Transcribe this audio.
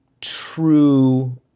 true